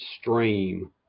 stream